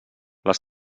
les